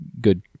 good